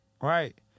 right